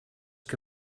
que